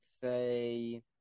say